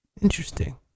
Interesting